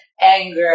anger